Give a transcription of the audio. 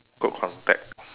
good contact